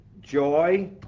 joy